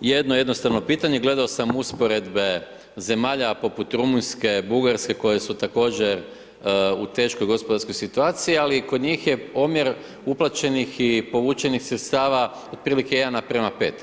jedno jednostavno pitanje, gledao sam usporedbe zemalja poput Rumunjske, Bugarske koje su također u teškoj gospodarskoj situaciji ali kod njih je omjer uplaćenih i povućenih sredstava otprilike 1:5.